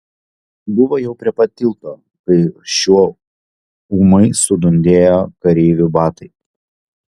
buvo jau prie pat tilto kai šiuo ūmai sudundėjo kareivių batai